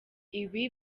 ibi